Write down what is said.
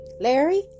Larry